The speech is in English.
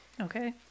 Okay